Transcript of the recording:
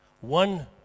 One